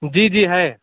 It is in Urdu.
جی جی ہے